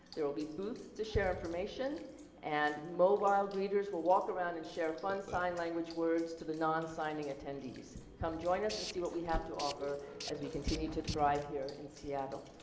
there will be booths to share information and mobile greeters will walk around and share fun sign language words to the non-signing attendees. come join us and see what we have two offer as we continue to thrive here in seattle.